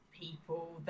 people